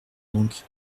donc